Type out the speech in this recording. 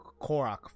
Korok